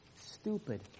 Stupid